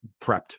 prepped